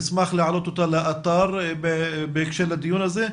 נשמח להעלות אותה לאתר בהקשר לדיון הזה,